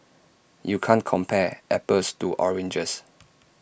you can't compare apples to oranges